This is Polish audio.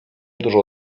dużo